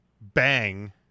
bang